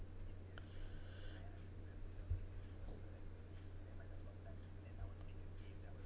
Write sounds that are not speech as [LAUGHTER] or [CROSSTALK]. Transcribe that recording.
[BREATH]